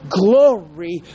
glory